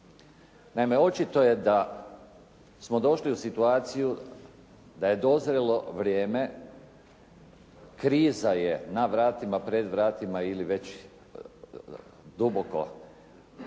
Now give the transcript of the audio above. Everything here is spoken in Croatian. Naime, očito je da smo došli u situaciju da je dozrelo vrijeme, kriza je na vratima, pred vratima ili već duboko